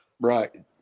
Right